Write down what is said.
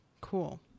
Cool